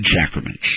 sacraments